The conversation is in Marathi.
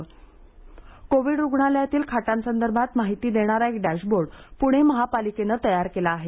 डॅशबोर्ड कोविड रुग्णालयातील खाटासंदर्भात माहिती देणारा एक डॅशबोर्ड प्रणे महापालिकेने तयार केला आहे